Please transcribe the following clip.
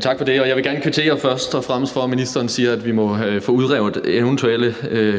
Tak for det. Jeg vil først og fremmest gerne kvittere for, at ministeren siger, at vi må få udredt eventuelle